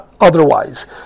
otherwise